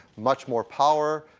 much more power,